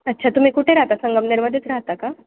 अच्छा तुम्ही कुठे राहता संगमनेर मध्येच राहता का